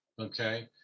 okay